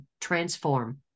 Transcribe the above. transform